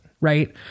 right